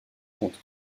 contre